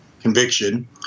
conviction